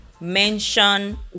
mention